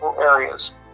areas